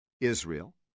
Israel